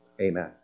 Amen